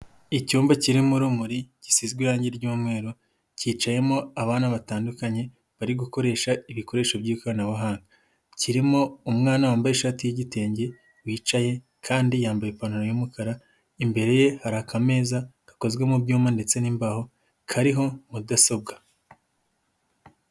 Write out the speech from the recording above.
Icyumba kirimo urumuri gisizwe irangi ry'umweru, cyicayemo abana batandukanye bari gukoresha ibikoresho by'ikoranabuhanga, kirimo umwana wambaye ishati y'igitenge wicaye kandi yambaye ipantaro y'umukara imbere ye harika ameza gakozwe mu ibyuma ndetse n'imbaho kariho mudasobwa.